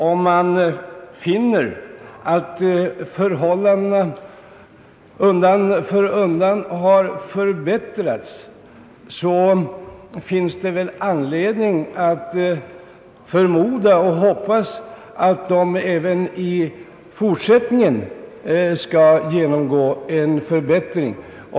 Om man finner att förhållandena undan för undan förbättras, så finns det väl anledning att förmoda och hoppas att de även i fortsättningen skall undergå en förbättring.